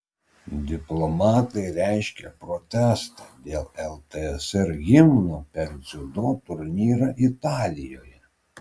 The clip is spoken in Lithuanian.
diplomatai reiškia protestą dėl ltsr himno per dziudo turnyrą italijoje